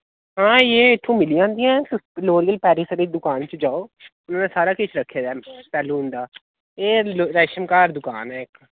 हां एह् इत्थूं मिली जंदियां दी दकान इत्थै जाओ उत्थै सारा केश रख दा सैलून दा एह् दकान ऐ इक